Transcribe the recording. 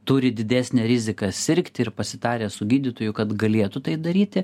turi didesnę riziką sirgti ir pasitarę su gydytoju kad galėtų tai daryti